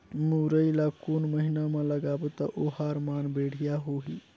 मुरई ला कोन महीना मा लगाबो ता ओहार मान बेडिया होही?